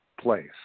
place